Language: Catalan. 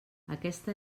aquesta